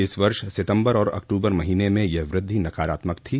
इस वर्ष सितंबर और अक्तूबर महीने में यह वृद्धि नकारात्मक थी